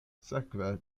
sekve